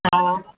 हा